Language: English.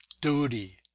DUTY